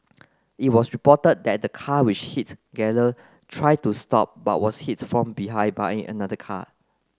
it was reported that the car which hit Galen tried to stop but was hit from behind by another car